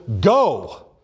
go